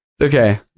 Okay